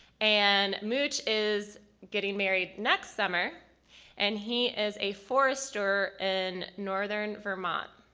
and mooch is getting married next summer and he is a forester in northern vermont.